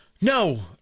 No